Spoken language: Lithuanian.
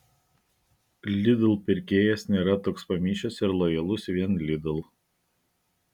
lidl pirkėjas nėra toks pamišęs ir lojalus vien lidl